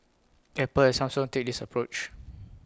Apple and Samsung take this approach